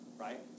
right